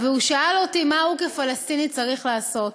הוא שאל אותי מה הוא, כפלסטיני, צריך לעשות.